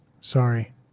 Sorry